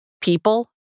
People